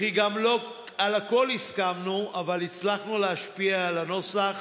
גם לא על הכול הסכמנו, אבל הצלחנו להשפיע על הנוסח